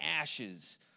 ashes